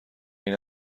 این